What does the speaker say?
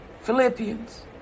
Philippians